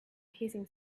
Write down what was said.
hissing